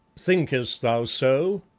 thinkest thou so?